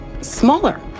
smaller